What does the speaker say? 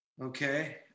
Okay